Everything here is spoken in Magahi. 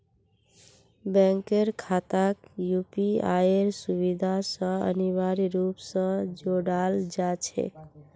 बैंकेर खाताक यूपीआईर सुविधा स अनिवार्य रूप स जोडाल जा छेक